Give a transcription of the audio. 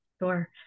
Sure